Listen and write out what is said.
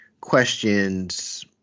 questions